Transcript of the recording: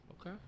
Okay